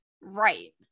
right